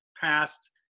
past